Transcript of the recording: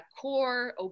core